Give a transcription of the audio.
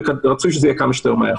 ורצוי שזה יהיה כמה שיותר מהר.